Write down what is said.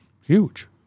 huge